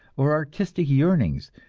or artistic yearnings,